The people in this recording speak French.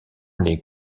les